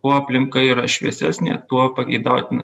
kuo aplinka yra šviesesnė tuo pageidautina